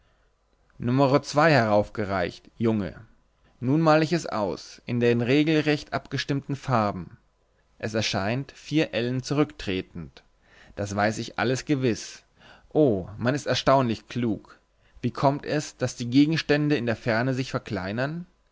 numero zwei heraufgereicht junge nun male ich es aus in den regelrecht abgestimmten farben es erscheint vier ellen zurücktretend das weiß ich alles gewiß oh man ist erstaunlich klug wie kommt es daß die gegenstände in der ferne sich verkleinern